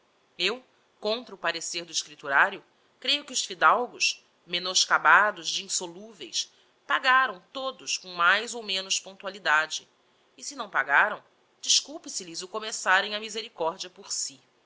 eu contra o parecer do escripturario creio que os fidalgos menoscabados de insoluveis pagaram todos com mais ou menos pontualidade e se não pagaram desculpe se lhes o começarem a misericordia por si